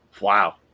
Wow